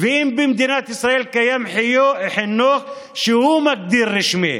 ואם במדינת ישראל קיים חינוך שהיא מגדירה רשמי,